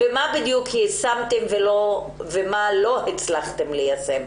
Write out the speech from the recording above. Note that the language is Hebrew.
מה בדיוק יישמתם ומה לא הצלחתם ליישם?